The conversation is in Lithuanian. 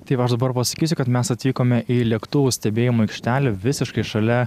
tai va aš dabar pasakysiu kad mes atvykome į lėktuvų stebėjimo aikštelę visiškai šalia